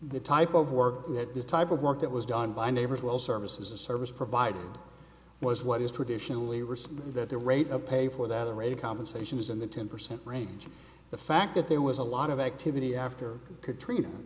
the type of work that this type of work that was done by neighbors well services and service providers was what is traditionally responded that the rate of pay for that the rate of compensation was in the ten percent range the fact that there was a lot of activity after katrina